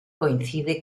coincide